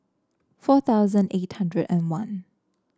four thousand eight hundred and one